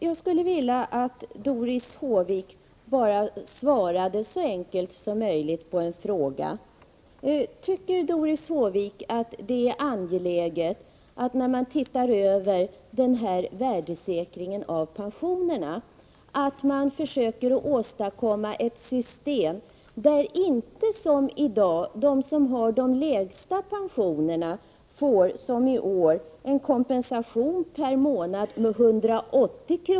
Jag skulle vilja att Doris Håvik bara svarade så enkelt som möjligt på en fråga: Tycker Doris Håvik att det är angeläget att man, när man ser över den här värdesäkringen av pensionerna, försöker åstadkomma ett system där det inte som i år blir så att de som har de lägsta pensionerna får en kompensation på 180 kr.